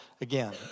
Again